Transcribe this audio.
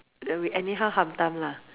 err we anyhow hantam lah